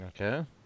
okay